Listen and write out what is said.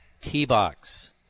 T-Box